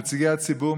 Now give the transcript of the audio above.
נציגי הציבור,